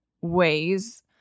ways